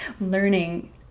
learning